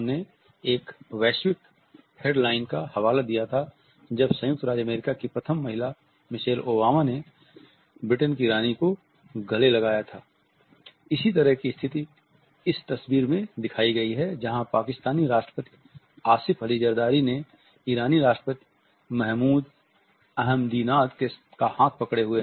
इसी तरह की स्थिति इस तस्वीर में दिखाई गई है जहां पाकिस्तानी राष्ट्रपति आसिफ़ अली जरदारी ने ईरानी राष्ट्रपति महमूद अहमदीनाद का हाथ पकडे हुए है